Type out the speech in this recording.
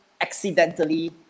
accidentally